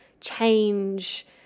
change